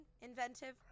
Inventive